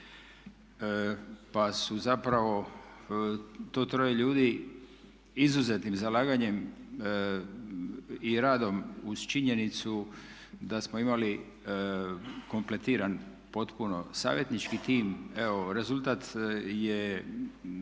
pa su zapravo to troje ljudi izuzetnim zalaganjem i radom uz činjenicu da smo imali kompletiran potpuno savjetnički tim evo rezultat je